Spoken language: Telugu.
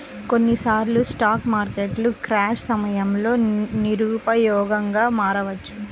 కొన్నిసార్లు స్టాక్ మార్కెట్లు క్రాష్ సమయంలో నిరుపయోగంగా మారవచ్చు